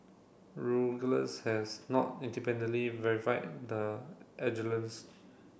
has not independently verified the